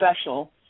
special